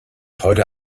heute